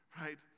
right